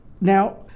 Now